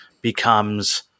becomes